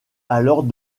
alors